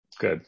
Good